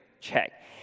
check